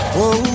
Whoa